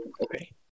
okay